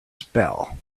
spell